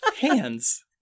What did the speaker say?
Hands